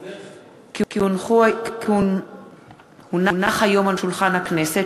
כי הונחה היום על שולחן הכנסת,